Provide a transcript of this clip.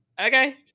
okay